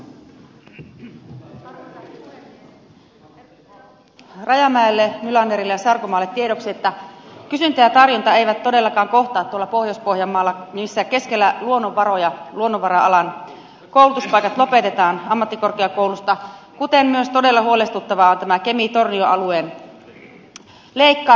edustajille rajamäki nylander ja sarkomaa tiedoksi että kysyntä ja tarjonta eivät todellakaan kohtaa tuolla pohjois pohjanmaalla missä keskellä luonnonvaroja luonnonvara alan koulutuspaikat lopetetaan ammattikorkeakoulusta kuten myös todella huolestuttavaa on tämä kemi tornio alueen leikkaaminen